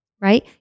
right